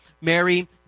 Mary